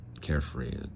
carefree